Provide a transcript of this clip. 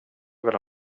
vill